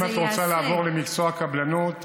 אם את רוצה לעבור למקצוע הקבלנות,